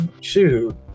shoot